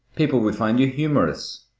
people would find you humorous.